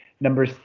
Number